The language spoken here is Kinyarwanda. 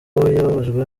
yababajwe